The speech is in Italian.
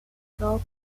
dopo